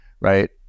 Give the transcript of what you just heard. right